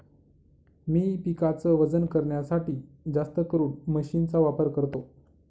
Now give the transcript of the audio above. मी पिकाच वजन करण्यासाठी जास्तकरून मशीन चा वापर करतो